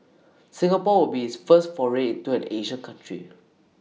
Singapore would be its first foray into an Asian country